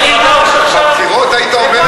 גם לפני הבחירות היית אומר את זה?